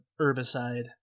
herbicide